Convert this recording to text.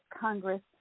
Congress